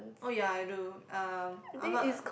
oh ya I do uh I'm not a